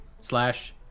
slash